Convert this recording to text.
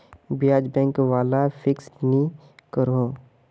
ब्याज़ बैंक वाला फिक्स नि करोह